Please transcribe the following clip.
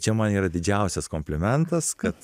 čia man yra didžiausias komplimentas kad